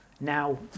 now